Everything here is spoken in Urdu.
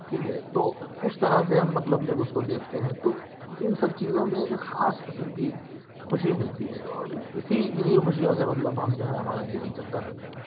ٹھیک ہے تو اس طرح سے ہم مطلب جب اس کو دیکھتے ہیں تو ان سب چیزوں میں ایک خاص قسم کی خوشی ملتی ہے اور اسی انہی خوشیوں سے مطلب ہم جو ہے ہمارا جیون چلتا رہتا ہے